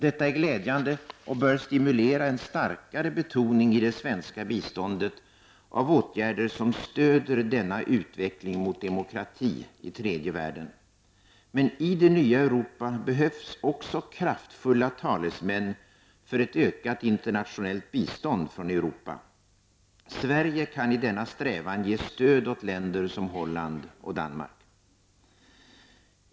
Detta är glädjande och bör stimulera en starkare betoning i det svenska biståndet av åtgärder som stöder denna utveckling mot demokrati i tredje världen. Men i det nya Europa behövs också kraftfulla talesmän för ett ökat internationellt bistånd från Europa. Sverige kan i denna strävan ge stöd åt länder som Holland och Danmark.